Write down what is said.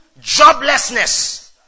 joblessness